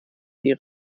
die